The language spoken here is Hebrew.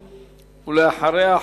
ואחריה,